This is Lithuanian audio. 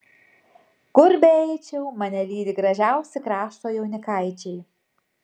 kur beeičiau mane lydi gražiausi krašto jaunikaičiai